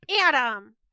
Adam